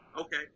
Okay